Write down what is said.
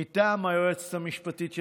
מטעם היועצת המשפטית של